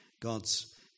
God's